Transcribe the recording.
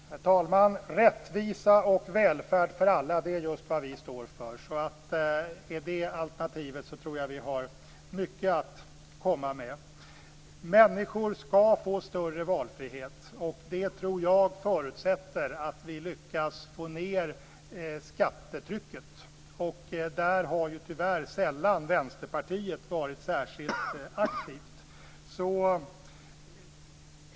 Herr talman! Rättvisa och en välfärd för alla är just vad vi står för. Om det är alternativet tror jag att vi har mycket att komma med. Människor skall få större valfrihet. Det tror jag förutsätter att vi lyckas få ned skattetrycket. Där har, tyvärr, Vänsterpartiet sällan varit särskilt aktivt.